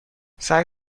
سعی